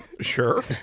Sure